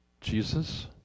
Jesus